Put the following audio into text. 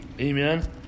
Amen